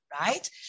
right